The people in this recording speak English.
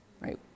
right